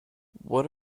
what